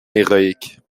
héroïque